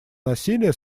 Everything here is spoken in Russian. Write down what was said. насилия